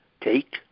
take